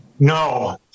No